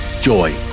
Joy